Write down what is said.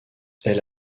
elle